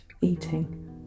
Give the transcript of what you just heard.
eating